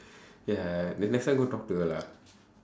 ya then next time go talk to her lah